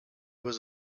was